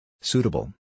Suitable